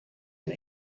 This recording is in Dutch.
een